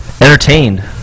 entertained